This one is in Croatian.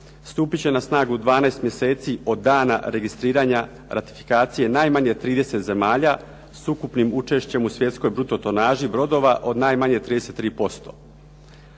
Stupit će na snagu 12 mjeseci od dana registriranja ratifikacije najmanje 30 zemalja s ukupnim bruto učešćem u svjetskoj bruto tonaži brodova od najmanje 33%.